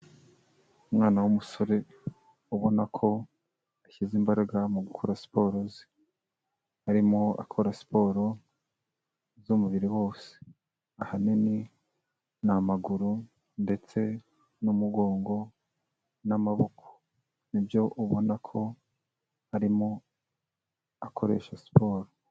Umwana w'umusore ubona ko ashyize imbaraga mu gukora siporo ze, arimo akora siporo z'umubiri wose. Ahanini ni amaguru ndetse n'umugongo n'amaboko, nibyo ubona ko arimo akoresha siporo.